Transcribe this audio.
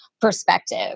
perspective